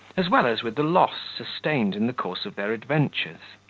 as well as with the loss sustained in the course of their adventures.